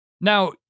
Now